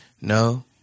No